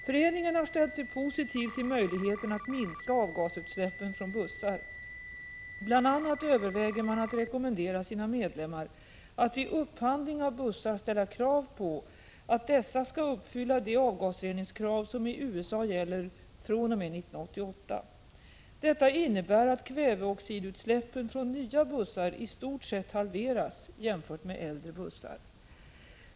Föreningen har ställt sig positiv till möjligheterna att minska avgasutsläppen från bussar. Bl. a. överväger man att rekommendera sina medlemmar att vid upphandling av bussar ställa krav på att dessa skall uppfylla de avgasreningskrav som i USA gäller fr.o.m. 1988. Detta innebär att kväveoxidutsläppen från nya bussar i stort sett halveras jämfört med utsläppen från äldre bussar.